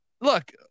Look